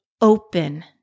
open